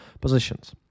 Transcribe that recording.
positions